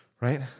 Right